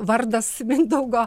vardas mindaugo